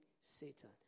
Satan